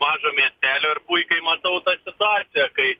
mažo miestelio ir puikiai matau tą situaciją kai